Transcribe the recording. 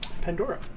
Pandora